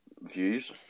views